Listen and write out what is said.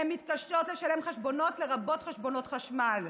הן מתקשות לשלם חשבונות, לרבות חשבונות חשמל.